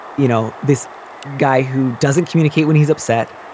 you know, this guy who doesn't communicate when he's upset,